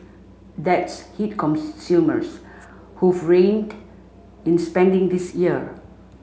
that's hit consumers who've reined in spending this year